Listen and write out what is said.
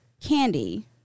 Candy